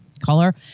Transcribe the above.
color